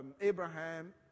Abraham